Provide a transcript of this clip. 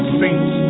saints